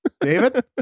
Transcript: David